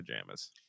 pajamas